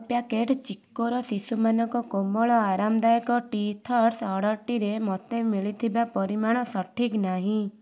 ଏକ ପ୍ୟାକେଟ୍ ଚିକ୍କୋର ଶିଶୁମାନଙ୍କ କୋମଳ ଆରାମଦାୟକ ଟିଥର୍ସ୍ ଅର୍ଡ଼ର୍ଟିରେ ମୋତେ ମିଳିଥିବା ପରିମାଣ ସଠିକ୍ ନାହିଁ